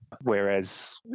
Whereas